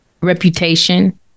reputation